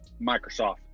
Microsoft